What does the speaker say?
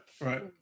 right